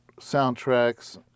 soundtracks